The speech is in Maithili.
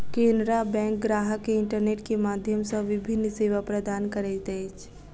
केनरा बैंक ग्राहक के इंटरनेट के माध्यम सॅ विभिन्न सेवा प्रदान करैत अछि